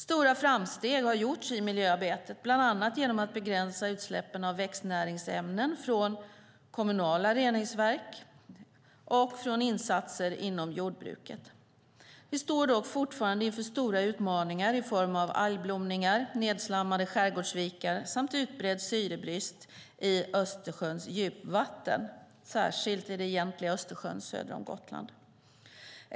Stora framsteg har gjorts i miljöarbetet, bland annat genom att begränsa utsläppen av växtnäringsämnen från kommunala reningsverk och insatser inom jordbruket. Vi står dock fortfarande inför stora utmaningar i form av algblomningar, nedslammade skärgårdsvikar samt utbredd syrebrist i Östersjöns djupvatten, särskilt i egentliga Östersjön söder om Gotland.